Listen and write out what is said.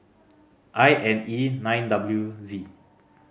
I N E nine W Z